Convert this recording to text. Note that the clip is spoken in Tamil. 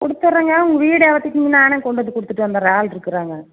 கொடுத்துறங்க உங்கள் வீடு எவட்டிக்குங்க நானே கொண்டுவந்து கொடுத்துட்டு வந்துறேன் ஆள் இருக்கிறாங்க